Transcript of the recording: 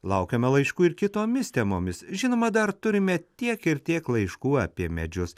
laukiame laiškų ir kitomis temomis žinoma dar turime tiek ir tiek laiškų apie medžius